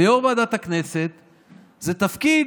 ויו"ר ועדת הכנסת זה תפקיד,